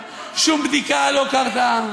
לא יקרה.